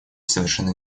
совершенно